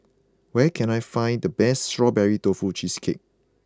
where can I find the best Strawberry Tofu Cheesecake